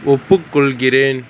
ஒப்புக்கொள்கிறேன்